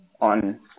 on